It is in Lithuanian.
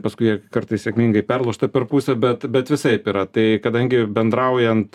paskui jie kartais sėkmingai perlūžta per pusę bet bet visaip yra tai kadangi bendraujant